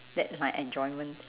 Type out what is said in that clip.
that my enjoyment